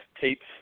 tapes